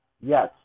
Yes